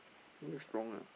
something is wrong ah